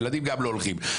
ילדים גם לא הולכים.